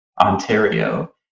Ontario